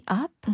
up